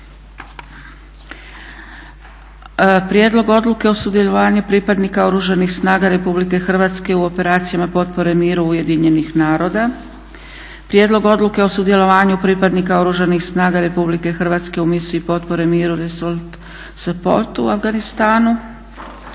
Prijedlog odluke o sudjelovanju pripadnika Oružanih snaga RH u operacijama potpore miru UN-a, - Prijedlog odluke o sudjelovanju pripadnika Oružanih snaga RH u Misiji potpore miru "Resolute support" u Afganistanu,